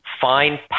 Find